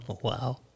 Wow